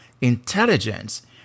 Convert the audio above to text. intelligence